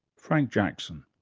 frank jackson.